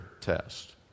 test